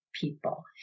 people